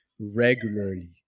regularly